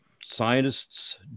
scientists